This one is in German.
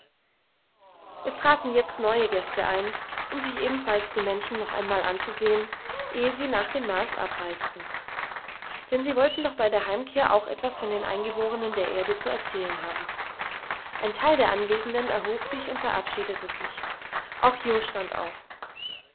es traten jetzt neue gäste ein um sich ebenfalls die menschen noch einmal anzusehen ehe sie nach dem mars abreisten denn sie wollten doch bei der heimkehr auch etwas von den eingeborenen der erde zu erzählen haben ein teil der anwesenden erhob sich und verabschiedete sich auch jo stand auf